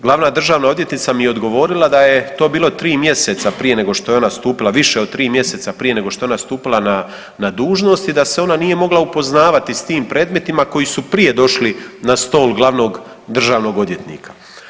Glavna državna odvjetnica mi je odgovorila da je to bilo 3 mjeseca prije nego što je ona stupila, više od 3 mjeseca prije nego što je ona stupila na dužnost i da se ona nije mogla upoznavati sa tim predmetima koji su prije došli na stol Glavnog državnog odvjetnika.